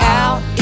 out